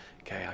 Okay